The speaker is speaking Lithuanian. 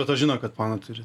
be to žino kad paną turi